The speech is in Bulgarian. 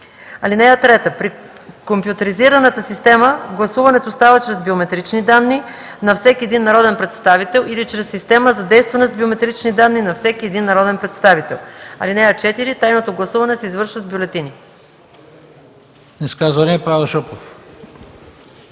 (3) При компютризираната система гласуването става чрез биометрични данни на всеки един народен представител или чрез система, задействана с биометрични данни на всеки един народен представител. (4) Тайното гласуване се извършва с бюлетини.”